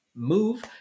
Move